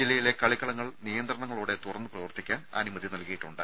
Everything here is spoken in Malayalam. ജില്ലയിലെ കളിക്കളങ്ങൾ നിയന്ത്രണങ്ങളോടെ തുറന്ന് പ്രവർത്തിക്കാൻ അനുമതി നൽകിയിട്ടുണ്ട്